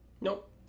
Nope